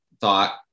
thought